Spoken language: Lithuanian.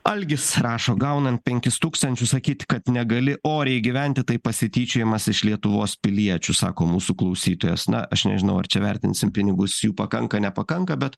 algis rašo gaunant penkis tūkstančius sakyt kad negali oriai gyventi tai pasityčiojimas iš lietuvos piliečių sako mūsų klausytojas na aš nežinau ar čia vertinsim pinigus jų pakanka nepakanka bet